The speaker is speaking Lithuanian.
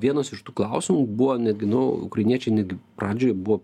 vienas iš tų klausimų buvo netgi nu ukrainiečiai netgi pradžioj buvo